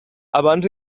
abans